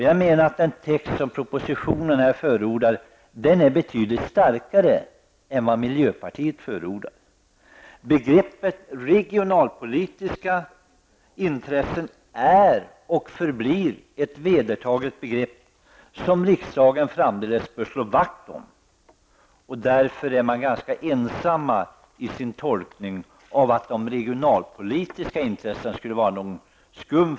Jag menar att den text som propositionen här förordar är betydligt starkare än den miljöpartiet föreslår. Begreppet regionalpolitiska intressen är och förblir ett vedertaget begrepp som riksdagen framdeles bör slå vakt om. Man är i miljöpartiet ganska ensamma om sin tolkning att regionalpolitiska intressen skulle vara någonting skumt.